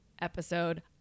episode